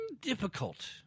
difficult